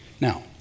Now